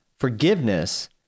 Forgiveness